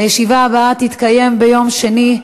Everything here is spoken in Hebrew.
הישיבה הבאה תתקיים ביום שני,